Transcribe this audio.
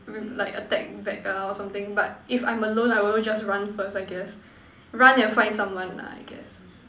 re~ like attack back ah or something but if I'm alone I will just run first I guess run and find someone lah I guess